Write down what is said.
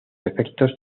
efectos